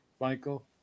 Michael